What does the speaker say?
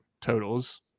totals